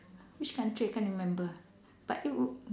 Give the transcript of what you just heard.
which country I can't remember but it w~